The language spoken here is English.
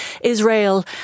Israel